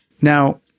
Now